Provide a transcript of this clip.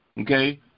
okay